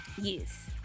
Yes